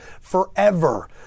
forever